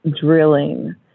drilling